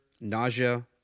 nausea